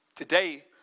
Today